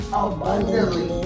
abundantly